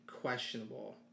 questionable